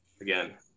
Again